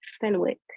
Fenwick